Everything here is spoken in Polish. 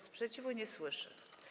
Sprzeciwu nie słyszę.